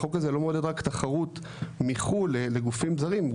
החוק הזה לא מעודד רק תחרות מחו"ל לגופים זרים הוא